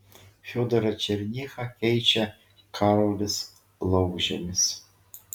fiodorą černychą keičia karolis laukžemis